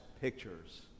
pictures